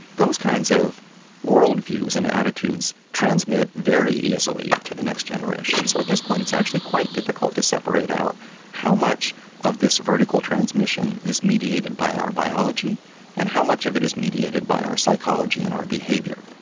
those kinds of world views and attitudes transmit very easily to the next generation. so at this point and it's actually quite difficult to separate out how much of this vertical transmission is mediated by our biology and how much of it is mediated by our psychology and our behaviour.